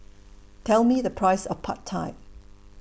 Tell Me The Price of Pad Thai